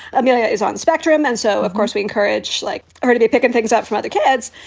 amelia is on the spectrum. and so, of course, we encourage like her to be picking things up from other kids.